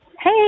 Hey